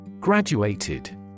Graduated